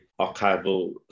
archival